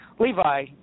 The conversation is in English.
Levi